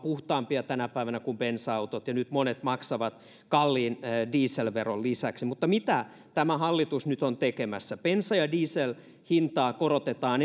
puhtaampia tänä päivänä kuin bensa autot ja nyt niiden ostajat maksavat lisäksi kalliin dieselveron mutta mitä tämä hallitus nyt on tekemässä bensa ja dieselhintaa korotetaan